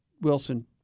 Wilson